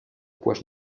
pues